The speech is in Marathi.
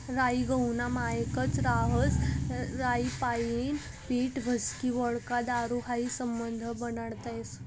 राई गहूना मायेकच रहास राईपाईन पीठ व्हिस्की व्होडका दारू हायी समधं बनाडता येस